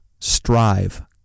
Strive